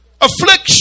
Affliction